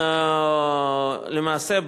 למעשה,